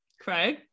craig